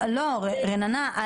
רננה,